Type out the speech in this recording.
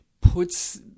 puts